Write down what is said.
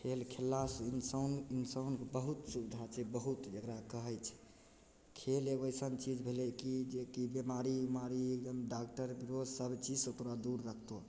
खेल खेललासँ इंसान इंसान बहुत सुविधा छै बहुत जकरा कहय छै खेल एगो अइसन चीज भेलय की जे की बीमारी उमारी एकदम डॉक्टर बिरो सबचीजसँ तोरा दूर रखतौ